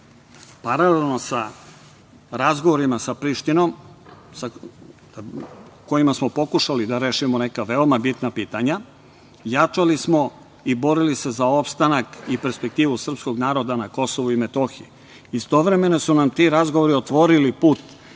paralelno sa razgovorima sa Prištinom kojima smo pokušali da rešimo neka veoma bitna pitanja, jačali smo i borili se za opstanak i perspektivu srpskog naroda na Kosovu i Metohiji. Istovremeno su nam ti razgovori otvorili put